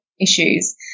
issues